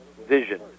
vision